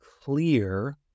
clear